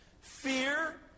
fear